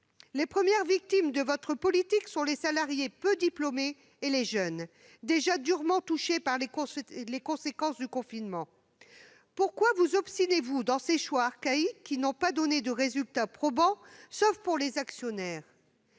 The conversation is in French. Les premières victimes de votre politique sont les salariés peu diplômés et les jeunes, déjà durement touchés par les conséquences du confinement. Pourquoi vous obstinez-vous dans ces choix archaïques qui n'ont pas donné de résultats probants, sauf pour les actionnaires ?